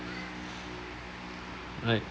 right